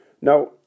Now